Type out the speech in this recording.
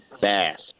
bass